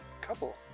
couple